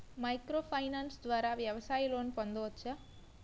Micro finance ద్వారా వ్యవసాయ loan పొందవచ్చా?